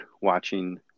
watching